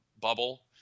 bubble